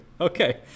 Okay